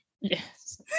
Yes